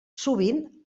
sovint